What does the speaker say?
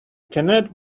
cannot